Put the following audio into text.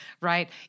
right